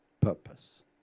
Purpose